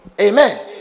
Amen